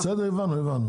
בסדר, הבנו.